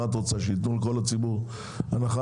את רוצה שייתנו לכל הציבור הנחה?